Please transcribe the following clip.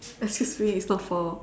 excuse me it's not for